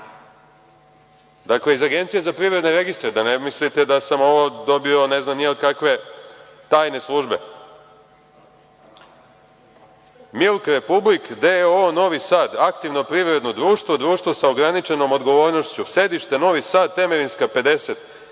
Dakle, iz Agencije za privredne registre, da ne mislite da sam ovo dobio ne znam ni ja od kakve tajne službe – „Milk republik“ D.O.O. Novi Sad, aktivno privredno društvo, društvo sa ograničenom odgovornošću, sedište – Novi Sad, Temerinska 50,